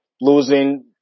losing